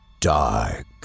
dark